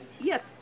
yes